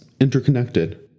interconnected